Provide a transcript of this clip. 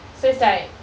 so it's like